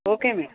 okay madam